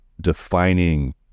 defining